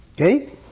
okay